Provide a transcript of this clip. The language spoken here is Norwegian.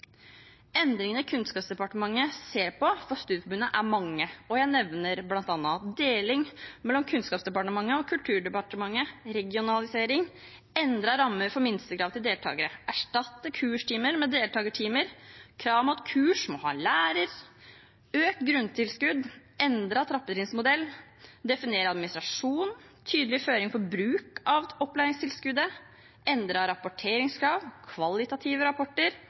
Endringene Kunnskapsdepartementet ser på for studieforbundene, er mange, og jeg nevner bl.a.: deling mellom Kunnskapsdepartementet og Kulturdepartementet regionalisering endrede rammer for minstekrav til deltakere å erstatte kurstimer med deltakertimer krav om at kurs må ha lærer økt grunntilskudd og endret trappetrinnsmodell å definere administrasjon tydeligere føring for bruk av opplæringstilskuddet endrede rapporteringskrav kvalitative rapporter